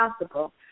possible